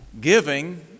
giving